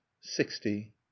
sixty